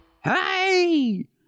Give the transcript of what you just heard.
Hey